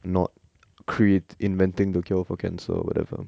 not create inventing the cure for cancer or whatever